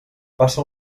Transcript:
passa